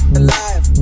alive